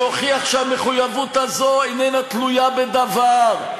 שהוכיח שהמחויבות הזו איננה תלויה בדבר,